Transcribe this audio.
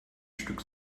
stück